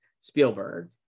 Spielberg